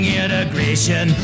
integration